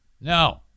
no